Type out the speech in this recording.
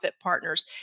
partners